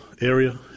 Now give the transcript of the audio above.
area